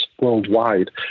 worldwide